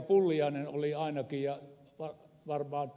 pulliainen oli aina tiia on varmaa